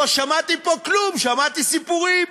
לא שמעתי פה כלום, שמעתי סיפורים.